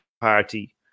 party